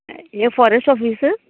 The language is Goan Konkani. ये फोरॅस्ट ऑफीसर